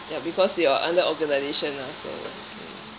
ya because you are under organisation lah so